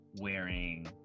Wearing